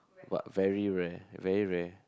but very rare very rare